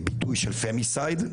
כביטוי של Femicide,